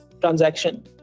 transaction